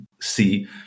see